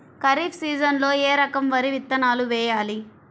ఖరీఫ్ సీజన్లో ఏ రకం వరి విత్తనాలు వేయాలి?